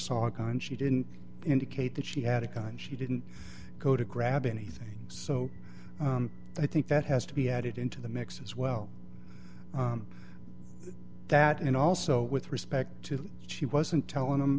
saw gone she didn't indicate that she had a gun she didn't go to grab anything so i think that has to be added into the mix as well that and also with respect to she wasn't telling